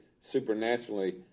supernaturally